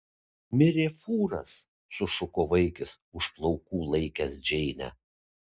mirė fūras sušuko vaikis už plaukų laikęs džeinę